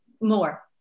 more